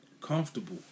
comfortable